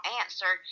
answer